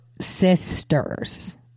sisters